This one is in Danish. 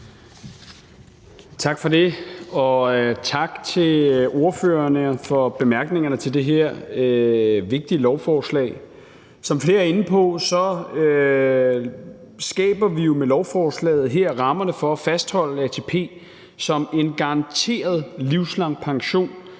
Tak for det. Og tak til ordførerne for bemærkningerne til det her vigtige lovforslag. Som flere er inde på, skaber vi jo med lovforslaget her rammerne for at fastholde ATP som en garanteret livslang pension,